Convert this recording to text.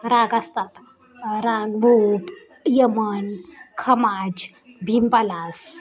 राग असतात राग भूप यमन खमाज भीमपलास